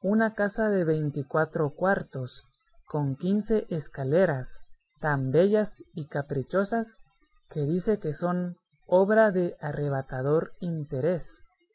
una casa de veinticuatro cuartos con quince escaleras tan bellas y caprichosas que dice que son obra de arrebatador interés